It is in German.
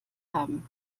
haben